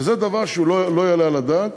וזה דבר שלא יעלה על הדעת.